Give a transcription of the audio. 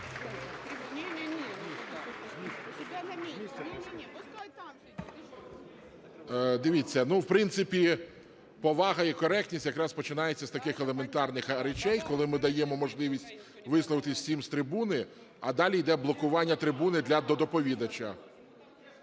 Дивіться, в принципі, повага і коректність якраз починається з таких елементарних речей, коли ми даємо можливість висловитись всім з трибуни, а далі йде блокування трибуни для доповідача.